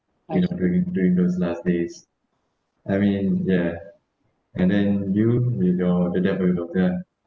you know during during those last days I mean ya and then you you know the debt of your daughter ah